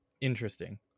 Interesting